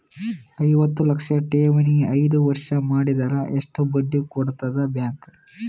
ಐವತ್ತು ಲಕ್ಷ ಠೇವಣಿ ಐದು ವರ್ಷ ಮಾಡಿದರ ಎಷ್ಟ ಬಡ್ಡಿ ಕೊಡತದ ಬ್ಯಾಂಕ್?